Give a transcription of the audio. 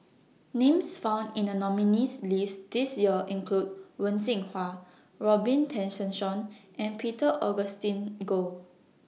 Names found in The nominees' list This Year include Wen Jinhua Robin Tessensohn and Peter Augustine Goh